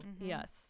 Yes